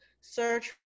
search